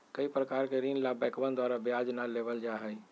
कई प्रकार के ऋण ला बैंकवन द्वारा ब्याज ना लेबल जाहई